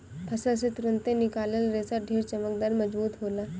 फसल से तुरंते निकलल रेशा ढेर चमकदार, मजबूत होला